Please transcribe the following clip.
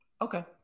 Okay